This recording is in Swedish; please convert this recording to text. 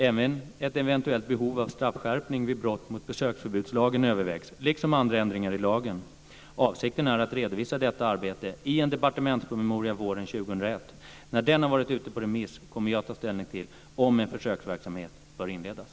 Även ett eventuellt behov av straffskärpning vid brott mot besöksförbudslagen övervägs, liksom andra ändringar i lagen. Avsikten är att redovisa detta arbete i en departementspromemoria våren 2001. När den har varit ute på remiss kommer vi att ta ställning till om en försöksverksamhet bör inledas.